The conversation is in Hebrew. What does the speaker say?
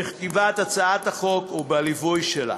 בכתיבת הצעת החוק ובליווי שלה.